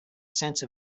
sense